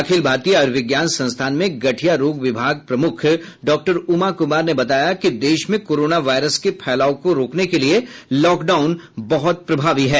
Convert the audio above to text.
अखिल भारतीय आयूर्विज्ञान संस्थान में गठिया रोग विभाग प्रमूख डॉक्टर उमा कुमार ने बताया कि देश में कोरोना वायरस के फैलाव को रोकने के लिए लॉकडाउन बहुत प्रभावी है